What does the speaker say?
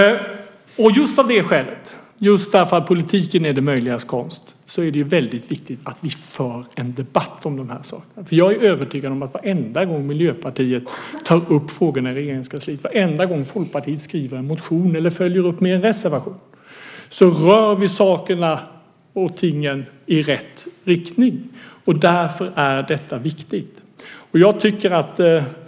Just därför att politiken är det möjligas konst, är det väldigt viktigt att vi för en debatt om de här sakerna. Jag är övertygad om att varenda gång Miljöpartiet tar upp frågorna i Regeringskansliet och varenda gång Folkpartiet skriver en motion eller följer upp med en reservation, rör vi sakerna och tingen i rätt riktning. Därför är detta viktigt.